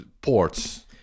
ports